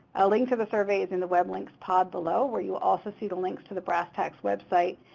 a link to the survey in the web links pod below, where you also see the links to the brss tacs website.